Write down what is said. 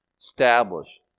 establish